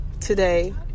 today